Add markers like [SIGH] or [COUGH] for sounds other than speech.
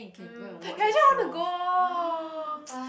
hmm ya actually I want to go [NOISE]